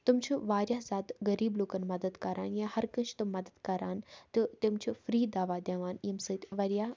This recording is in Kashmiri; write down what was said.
تِم چھِ واریاہ زیادٕ غریٖب لُکَن مَدَد کَران یا ہَر کٲنٛسہِ چھِ تِم مَدَد کَران تہٕ تِم چھِ فری دَوا دِوان ییٚمہِ سۭتۍ واریاہ